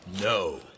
No